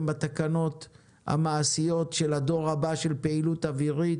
בתקנות המעשיות של הדור הבא של פעילות אווירית.